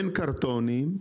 אין קרטונים,